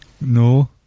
no